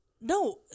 No